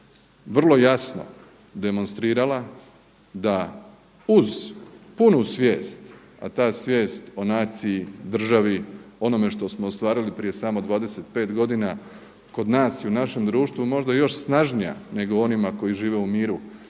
vrlo jasno demonstrirala da uz puno svijest a ta svijest o naciji, državi, onome što smo ostvarili prije samo 25 godina kod nas i u našem društvu možda je još snažnija nego onima koji žive u miru